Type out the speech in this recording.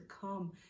come